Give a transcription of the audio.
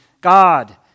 God